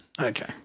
Okay